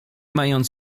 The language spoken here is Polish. mając